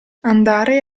andare